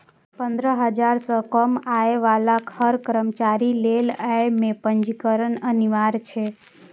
पंद्रह हजार सं कम आय बला हर कर्मचारी लेल अय मे पंजीकरण अनिवार्य छै